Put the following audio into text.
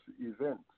event